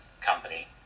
company